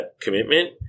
commitment